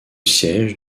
siège